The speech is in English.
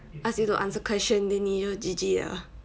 ask you to answer question then 你就 G_G liao